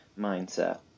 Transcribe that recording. mindset